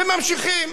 וממשיכים.